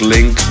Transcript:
Link